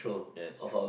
yes